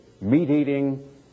meat-eating